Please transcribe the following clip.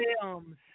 films